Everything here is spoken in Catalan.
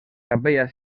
capella